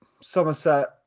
Somerset